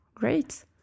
Great